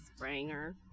Spranger